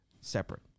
separate